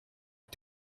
who